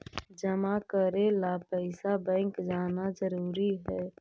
जमा करे ला पैसा बैंक जाना जरूरी है?